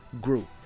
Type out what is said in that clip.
group